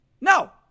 No